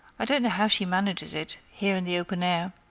i don't know how she manages it, here in the open air.